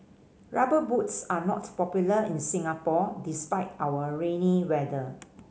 Rubber Boots are not popular in Singapore despite our rainy weather